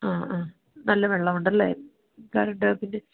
ആ ആ നല്ല വെള്ളമുണ്ടല്ലേ